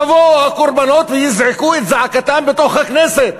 יבואו הקורבנות ויזעקו את זעקתם בכנסת.